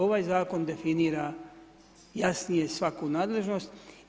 Ovaj zakon definira jasnije svaku nadležnost.